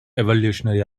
evolutionary